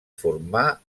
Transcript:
formar